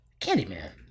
Candyman